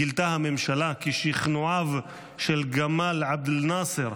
גילתה הממשלה כי שכנועיו של גמאל עבד אל נאצר,